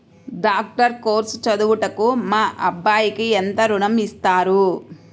Doctor course చదువుటకు మా అబ్బాయికి ఎంత ఋణం ఇస్తారు?